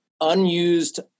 unused